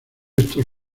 estos